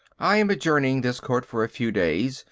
i am adjourning this court for a few days.